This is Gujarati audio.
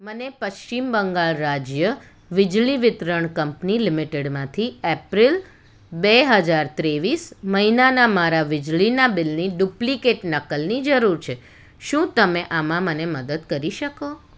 મને પશ્ચિમ બંગાળ રાજ્ય વીજળી વિતરણ કંપની લિમિટેડમાંથી એપ્રિલ બે હજાર ત્રેવીસ મહિનાના મારા વીજળીનાં બિલની ડુપ્લિકેટ નકલની જરૂર છે શું તમે આમાં મને મદદ કરી શકો